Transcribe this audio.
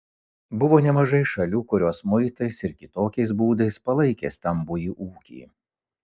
buvo nemažai šalių kurios muitais ir kitokiais būdais palaikė stambųjį ūkį